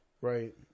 Right